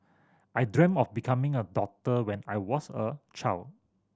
I dream of becoming a doctor when I was a child